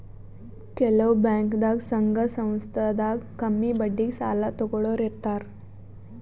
ಕೆಲವ್ ಬ್ಯಾಂಕ್ದಾಗ್ ಸಂಘ ಸಂಸ್ಥಾದಾಗ್ ಕಮ್ಮಿ ಬಡ್ಡಿಗ್ ಸಾಲ ತಗೋಳೋರ್ ಇರ್ತಾರ